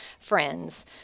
friends